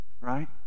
Right